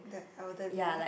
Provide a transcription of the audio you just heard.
that elderly